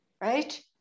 Right